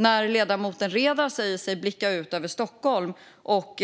När ledamoten Redar säger sig blicka ut över Stockholm och